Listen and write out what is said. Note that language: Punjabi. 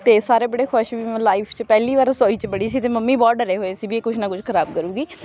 ਅਤੇ ਸਾਰੇ ਬੜੇ ਖੁਸ਼ ਵੀ ਮੈਂ ਲਾਈਫ 'ਚ ਪਹਿਲੀ ਵਾਰ ਰਸੋਈ 'ਚ ਵੜੀ ਸੀ ਅਤੇ ਮੰਮੀ ਬਹੁਤ ਡਰੇ ਹੋਏ ਸੀ ਵੀ ਇਹ ਕੁਛ ਨਾ ਕੁਛ ਖਰਾਬ ਕਰੇਗੀ